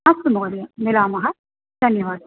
ह हु मास्तु महोदय मिलामः धन्यवादः